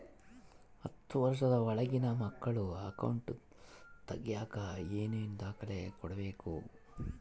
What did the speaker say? ಹತ್ತುವಷ೯ದ ಒಳಗಿನ ಮಕ್ಕಳ ಅಕೌಂಟ್ ತಗಿಯಾಕ ಏನೇನು ದಾಖಲೆ ಕೊಡಬೇಕು?